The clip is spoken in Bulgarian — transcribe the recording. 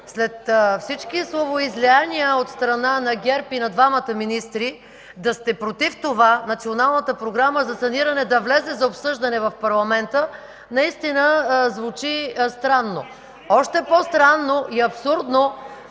След всички словоизлияния от страна на ГЕРБ и на двамата министри да сте против това Националната програма за саниране да влезе за обсъждане в парламента, наистина звучи странно. (Шум и реплики от